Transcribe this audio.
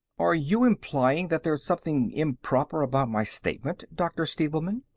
are you implying that there's something improper about my statement, dr. stevelman?